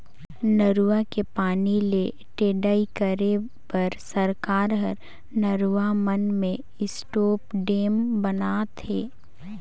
नरूवा के पानी ले टेड़ई करे बर सरकार हर नरवा मन में स्टॉप डेम ब नात हे